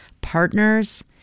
partners